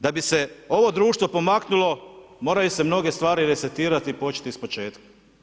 Da bi se ovo društvo pomaknulo, moraju se mnoge stvari resetirati i početi ispočetka.